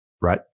Right